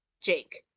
Jake